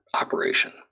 operation